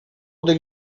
del